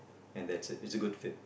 and that's it it's a good fit